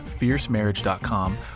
fiercemarriage.com